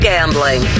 Gambling